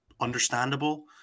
understandable